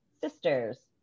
sisters